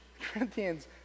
Corinthians